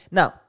Now